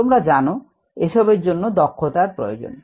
তোমরা জানো এসবের জন্য দক্ষতার প্রয়োজন